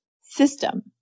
system